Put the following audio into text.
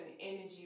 energy